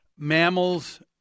Mammals